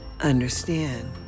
understand